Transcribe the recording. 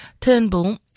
Turnbull